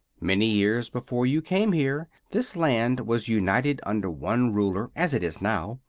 many years before you came here this land was united under one ruler, as it is now,